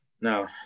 No